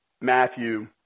Matthew